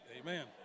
Amen